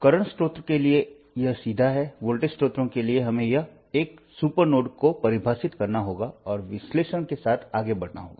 वर्तमान स्रोत के लिए यह सीधा है वोल्टेज स्रोतों के लिए हमें एक सुपर नोड को परिभाषित करना होगा और विश्लेषण के साथ आगे बढ़ना होगा